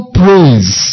praise